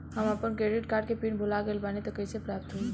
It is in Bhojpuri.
हम आपन क्रेडिट कार्ड के पिन भुला गइल बानी त कइसे प्राप्त होई?